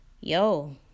Yo